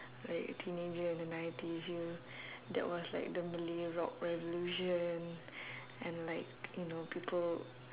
like a teenager in the nineties ya that was like the malay rock revolution and like people